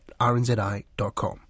rnzi.com